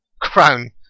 crown